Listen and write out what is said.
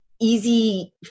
easy